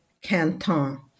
Canton